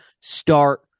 start